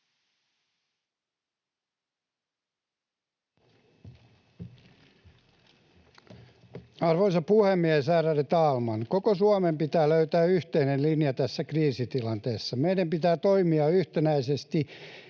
Arvoisa puhemies, ärade talman! Koko Suomen pitää löytää yhteinen linja tässä kriisitilanteessa. Meidän pitää toimia yhtenäisesti